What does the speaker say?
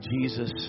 Jesus